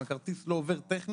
ואם הכרטיס לא עובר טכני,